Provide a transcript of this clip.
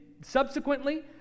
subsequently